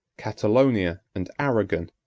catalonia, and arragon,